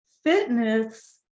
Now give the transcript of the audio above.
fitness